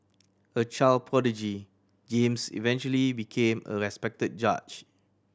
a child prodigy James eventually became a respected judge